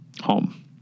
home